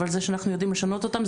אבל זה שאנחנו יודעים לשנות אותם,